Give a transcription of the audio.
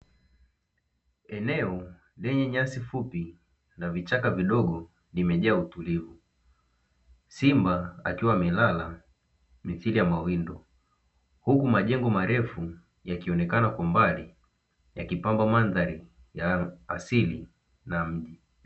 Eneo lenye nyasi fupi na vichaka vidogo vimejaa utulivu. Simba akiwa amelala kwa ajili ya mawindo. Huku majengo marefu yakionekana kwa mbali, yakipamba mandhari ya asili na mji.